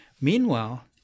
Meanwhile